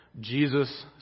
Jesus